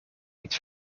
niet